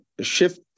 shift